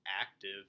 active